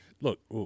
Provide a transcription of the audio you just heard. Look